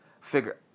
figure